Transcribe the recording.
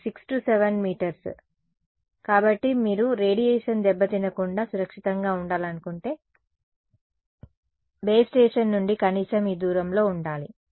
కొన్ని 6 7 మీటర్లు కాబట్టి మీరు రేడియేషన్ దెబ్బతినకుండా సురక్షితంగా ఉండాలనుకుంటే బేస్ స్టేషన్ నుండి కనీసం ఈ దూరంలో ఉండాలి